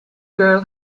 girl